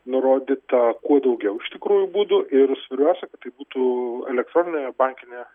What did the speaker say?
nurodyta kuo daugiau iš tikrųjų būdų ir svarbiausia kad tai būtų elektroninė bankinė